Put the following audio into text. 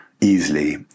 easily